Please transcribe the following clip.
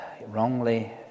wrongly